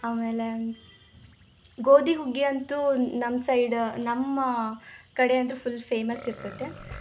ಆಮೇಲೆ ಗೋಧಿ ಹುಗ್ಗಿ ಅಂತೂ ನಮ್ಮ ಸೈಡ್ ನಮ್ಮ ಕಡೆ ಅಂತೂ ಫುಲ್ ಫೇಮಸ್ ಇರ್ತದೆ